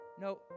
No